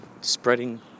spreading